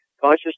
Conscious